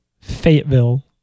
Fayetteville